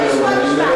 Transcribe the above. הוא מסכים לשמוע משפט.